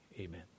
Amen